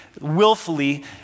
willfully